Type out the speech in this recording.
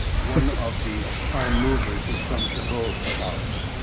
one of the prime movers is from shiboe college.